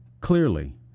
clearly